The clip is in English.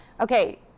Okay